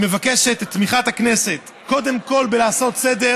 אני מבקש את תמיכת הכנסת קודם כול בלעשות סדר